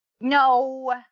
No